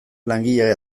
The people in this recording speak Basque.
langile